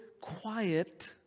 quiet